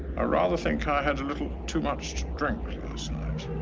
ah rather think i had a little too much to drink last night.